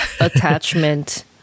attachment